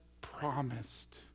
promised